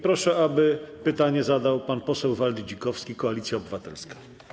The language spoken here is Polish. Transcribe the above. Proszę, żeby pytanie zadał pan poseł Waldy Dzikowski, Koalicja Obywatelska.